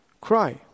cry